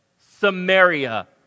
Samaria